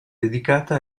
dedicata